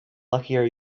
luckier